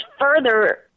further